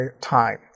time